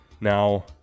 now